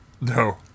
No